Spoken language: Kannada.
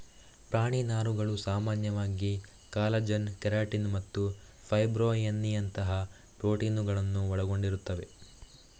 ಪ್ರಾಣಿ ನಾರುಗಳು ಸಾಮಾನ್ಯವಾಗಿ ಕಾಲಜನ್, ಕೆರಾಟಿನ್ ಮತ್ತು ಫೈಬ್ರೊಯಿನ್ನಿನಂತಹ ಪ್ರೋಟೀನುಗಳನ್ನು ಒಳಗೊಂಡಿರುತ್ತವೆ